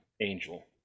Angel